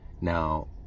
Now